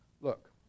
Look